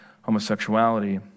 homosexuality